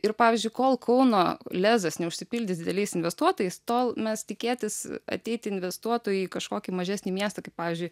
ir pavyzdžiui kol kauno lezas neužsipildys dideliais investuotojais tol mes tikėtis ateiti investuotojui į kažkokį mažesnį miestą kaip pavyzdžiui